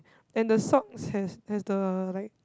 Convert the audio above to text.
and the socks has has the like